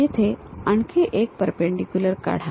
येथे आणखी एक परपेंडीक्युलर काढा